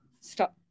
stop